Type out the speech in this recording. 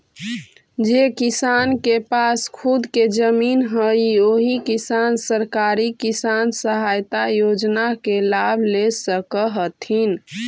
जे किसान के पास खुद के जमीन हइ ओही किसान सरकारी किसान सहायता योजना के लाभ ले सकऽ हथिन